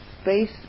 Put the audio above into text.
space